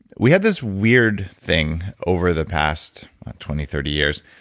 we had this weird thing over the past twenty, thirty years.